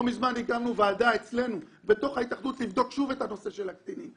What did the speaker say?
לא מזמן הקמנו ועדה אצלנו בתוך ההתאחדות לבדוק שוב את נושא הקטינים,